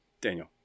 Daniel